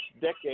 decade